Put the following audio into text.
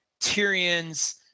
Tyrion's